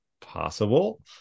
possible